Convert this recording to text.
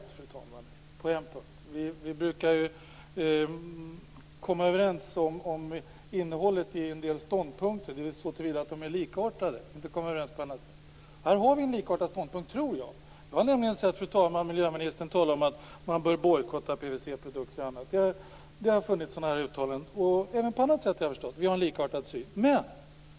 Vi brukar komma överens om innehållet i en del ståndpunkter så till vida att de är likartade. Här har vi en likartad ståndpunkt. Jag har nämligen hört miljöministern tala om att man bör bojkotta PVC-produkter. Det har funnits sådana uttalanden. Även på annat sätt har jag förstått att vi har en likartad syn.